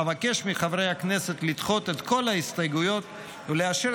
אבקש מחברי הכנסת לדחות את כל ההסתייגויות ולאשר